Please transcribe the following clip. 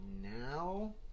now